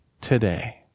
today